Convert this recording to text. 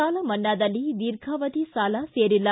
ಸಾಲ ಮನ್ನಾದಲ್ಲಿ ದೀರ್ಘಾವಧಿ ಸಾಲ ಸೇರಿಲ್ಲ